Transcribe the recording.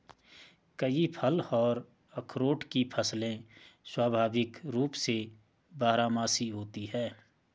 कई फल और अखरोट की फसलें स्वाभाविक रूप से बारहमासी होती हैं